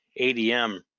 adm